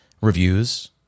reviews